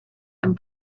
and